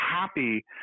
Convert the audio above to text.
happy